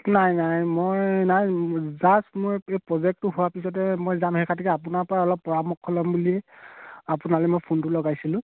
নাই নাই মই নাই জাষ্ট মই এই প্ৰজেক্টটো হোৱাৰ পিছতে মই যাম সেই খাতিৰত আপোনাৰ পৰা অলপ পৰামৰ্শ ল'ম বুলি আপোনালৈ মই ফোনটো লগাইছিলোঁ